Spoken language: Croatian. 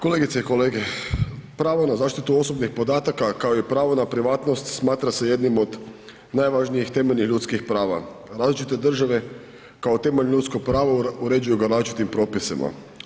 Kolegice i kolege, pravo na zaštitu osobnih podataka kao i pravo na privatnost, smatra se jednim od najvažnijih temeljnih ljudskih prava. različite države kao temeljno ljudsko pravo uređuju ga različitim propisima.